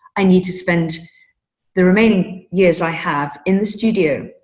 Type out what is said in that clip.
i need to spend the remaining years i have in the studio.